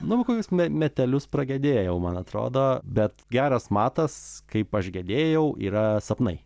nu kokius me metelius pragedėjau man atrodo bet geras matas kaip aš gedėjau yra sapnai